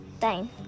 time